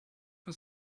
for